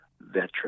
veteran